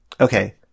Okay